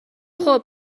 خوب